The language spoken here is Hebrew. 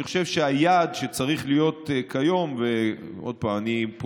אבל אני חושב שהיעד שצריך להיות כיום,